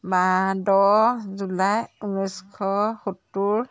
বা দহ জুলাই ঊনৈছশ সত্তৰ